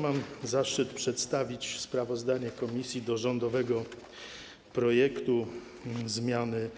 Mam zaszczyt przedstawić sprawozdanie komisji do rządowego projektu zmiany